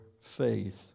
faith